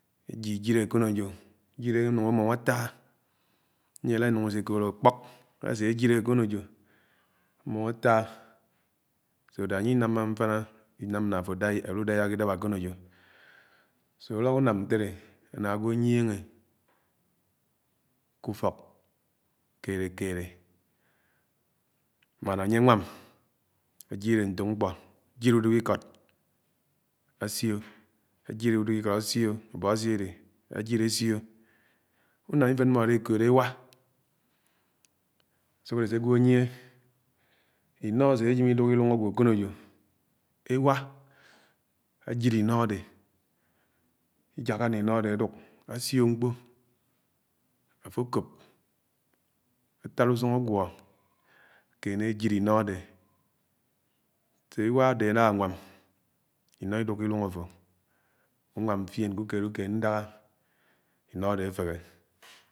ènyiñyilé àlónejó, anyilé ànúng àmúm atáa. àlá ènúgó sé ekoõd àkpọk asényilé àkõnejó ámúm àtaã, ánye inámá mfìná né afó àlú ùdàyákìdáp akonejó. ulọk ùnám aná ágwo enyiné kú-ufọk kélé-kélé man añye ánwám ayile ñtók mkpọ ànyilé ùdúkikọd àsió àbóasii adé, ajile asio. Ùnàm ifán mmòdé èkoódé ewa. ásúk adé sé égwó ényie inọ aseajem idúk ilung ágwo àkonéjó. ewa ajile inọ adé ijáká né inọ adé aduk, asió mkpó afo àkòp àtaád ùsung àguó akéné ajile ínọ adé. ewa ade àlánwám inọ idùkó ilung àfó únwàm fién ké ukéed ukéed ñdãhã inõ adé àféhé.